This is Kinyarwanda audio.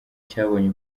cyabonye